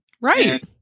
Right